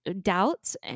doubts